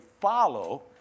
follow